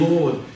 Lord